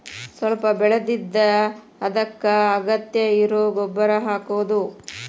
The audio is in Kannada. ಸ್ವಲ್ಪ ಬೆಳದಿಂದ ಅದಕ್ಕ ಅಗತ್ಯ ಇರು ಗೊಬ್ಬರಾ ಹಾಕುದು